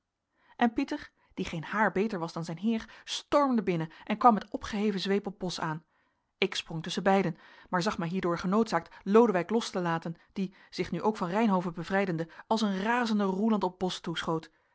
en pieter die geen haar beter was dan zijn heer stormde binnen en kwam met opgeheven zweep op bos aan ik sprong tusschen beiden maar zag mij hierdoor genoodzaakt lodewijk los te laten die zich nu ook van reynhove bevrijdende als een razende roeland op bos toeschoot